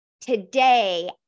today